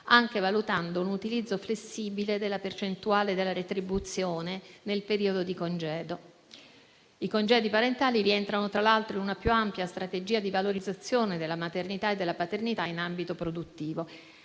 anche valutando un utilizzo flessibile della percentuale della retribuzione nel periodo di congedo. I congedi parentali rientrano tra l'altro in una più ampia strategia di valorizzazione della maternità e della paternità in ambito produttivo.